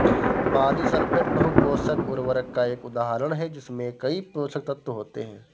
polysulphate बहु पोषक उर्वरक का एक उदाहरण है जिसमें कई पोषक तत्व होते हैं